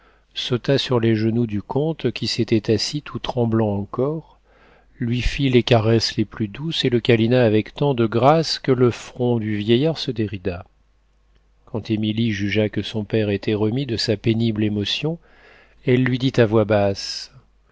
sauta sur les genoux du comte qui s'était assis tout tremblant encore lui fit les caresses les plus douces et le câlina avec tant de grâce que le front du vieillard se dérida quand émilie jugea que son père était remis de sa pénible émotion elle lui dit à voix basse